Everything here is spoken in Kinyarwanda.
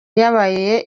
yabaye